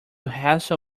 hassle